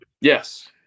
Yes